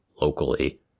locally